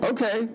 Okay